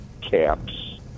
caps